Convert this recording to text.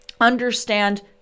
understand